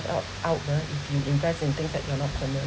out nah if you invest in things that you are not familiar